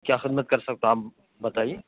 کیا خدمت کر سکتا ہوں آپ بتائیے